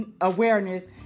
awareness